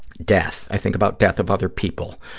death. i think about death of other people